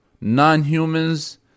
non-humans